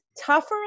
tougher